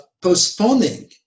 Postponing